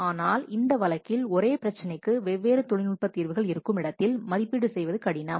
ஆனால் இந்த வழக்கில் ஒரே பிரச்சனைக்கு வெவ்வேறு தொழில்நுட்ப தீர்வுகள் இருக்கும் இடத்தில் மதிப்பீடு செய்வது கடினம்